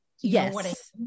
yes